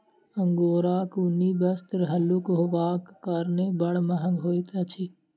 अंगोराक ऊनी वस्त्र हल्लुक होयबाक कारणेँ बड़ महग होइत अछि